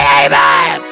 amen